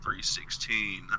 316